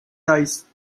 dice